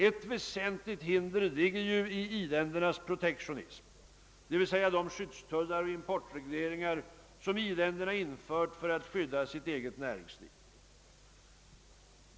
Ett väsentligt hinder ligger i i-ländernas protektionism, det vill säga de skyddstullar och importregleringar som i-länderna infört för att skydda sitt eget näringsliv.